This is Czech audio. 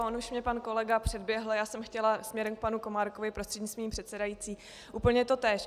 On už mě pan kolega předběhl, já jsem chtěla směrem k panu Komárkovi prostřednictvím předsedající úplně totéž.